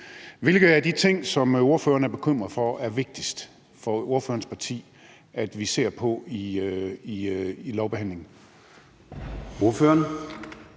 Hvilke af de ting, som ordføreren er bekymret for, er det vigtigst for ordførerens parti at vi ser på i lovbehandlingen?